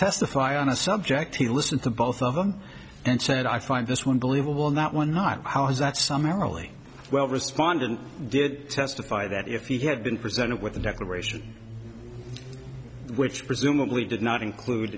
testify on a subject he listened to both of them and said i find this one believable not one not how is that some really well respondent did testify that if he had been presented with a declaration which presumably did not include